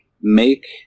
make